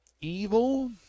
evil